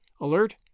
alert